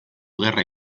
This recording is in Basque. gerra